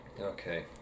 Okay